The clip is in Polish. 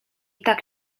tak